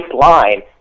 line